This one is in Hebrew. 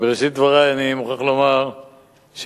בראשית דברי אני מוכרח לומר שהייתי